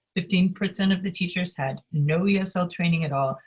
fifteen percent of the teachers had no yeah esl training at all.